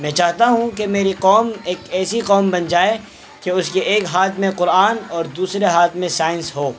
میں چاہتا ہوں کہ میری قوم ایک ایسی قوم بن جائے کہ اس کے ایک ہاتھ میں قرآن اور دوسرے ہاتھ میں سائنس ہو